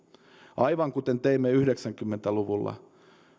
aivan kuten teimme yhdeksänkymmentä luvulla